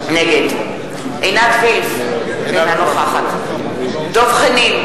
נגד עינת וילף, אינה נוכחת דב חנין,